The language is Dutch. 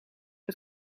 het